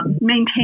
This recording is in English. maintain